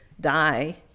die